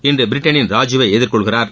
இன்று பிரிட்டனின் ராஜுவை எதிர்கொள்கிறார்